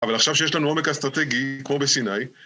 אבל עכשיו שיש לנו עומק אסטרטגי כמו בסיני